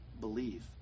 believe